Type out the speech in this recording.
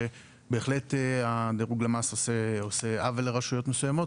בהחלט דירוג למ"ס עושה עוול לרשויות מסוימות,